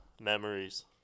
memories